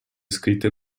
scritte